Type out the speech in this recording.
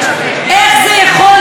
איפה הצדק?